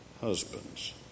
husbands